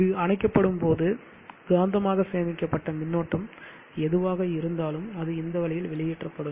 இது அணைக்கப்படும் போது காந்தமாக சேமிக்கப்பட்ட மின்னூட்டம் எதுவாக இருந்தாலும் அது இந்த வழியில் வெளியேற்றப்படும்